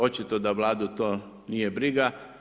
Očito da Vladu to nije briga.